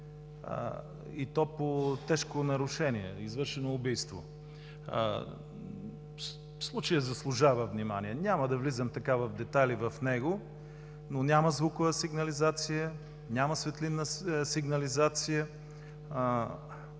и то по тежко нарушение, извършено убийство. Случаят заслужава внимание. Няма да влизам в детайли в него, но няма звукова сигнализация, няма светлинна сигнализация.